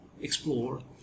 explore